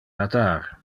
natar